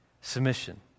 Submission